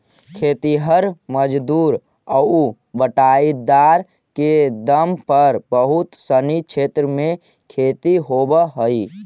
खेतिहर मजदूर आउ बटाईदार के दम पर बहुत सनी क्षेत्र में खेती होवऽ हइ